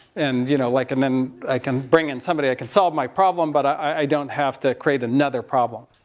and, you know, like and then i can bring in somebody that can solve my problem, but i, i don't have to create another problem.